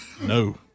No